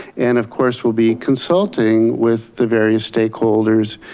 and of course, we'll be consulting with the various stakeholders,